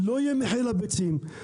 לא יהיה מחיר לביצים,